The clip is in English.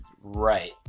Right